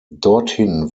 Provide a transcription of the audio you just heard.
dorthin